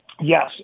yes